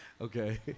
Okay